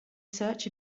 search